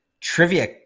trivia